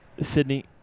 Sydney